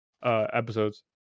Episodes